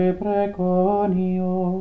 preconio